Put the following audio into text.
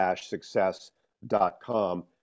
success.com